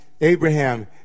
Abraham